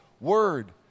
word